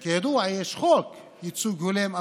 5. כידוע יש חוק ייצוג הולם,